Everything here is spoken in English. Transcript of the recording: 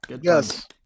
Yes